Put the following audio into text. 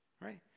Right